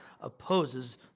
opposes